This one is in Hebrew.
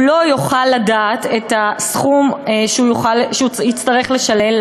הוא לא יוכל לדעת את הסכום שהוא יצטרך לשלם.